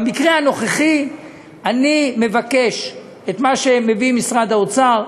במקרה הנוכחי אני מבקש את מה שמשרד האוצר מביא,